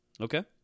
Okay